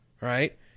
right